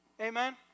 Amen